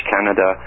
Canada